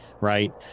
right